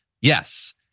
Yes